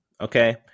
okay